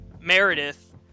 meredith